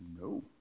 No